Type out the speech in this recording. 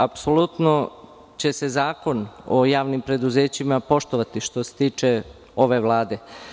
Apsolutno će se Zakon o javnim preduzećima poštovati, što se tiče ove Vlade.